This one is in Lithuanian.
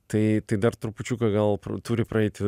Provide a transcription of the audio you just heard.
tai tai dar trupučiuką gal pra turi praeiti